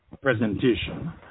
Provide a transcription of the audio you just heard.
presentation